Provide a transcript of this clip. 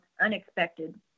unexpected